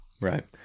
right